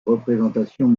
représentations